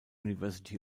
university